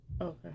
okay